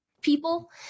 people